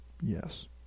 Yes